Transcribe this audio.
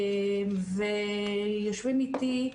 יושבים איתי,